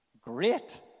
Great